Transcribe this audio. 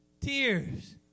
Tears